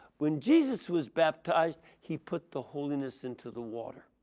when jesus was baptized he put the holiness into the water.